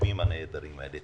התושבים הנהדרים האלה.